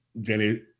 Jenny